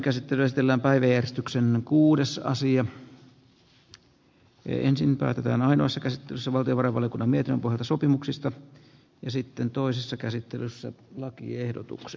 ensin päätetään valtiovarainvaliokunnan mietinnön pohjalta ainoassa käsittelyssä sopimuksista ja sitten toisessa käsittelyssä lakiehdotuksesta